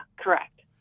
correct